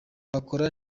bakora